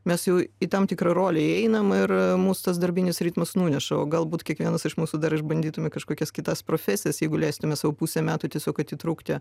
mes jau į tam tikrą rolę įeinam ir mūsų tas darbinis ritmas nuneša o galbūt kiekvienas iš mūsų dar išbandytume kažkokias kitas profesijas jeigu leistume sau pusę metų tiesiog atitrūkti